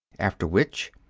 after which,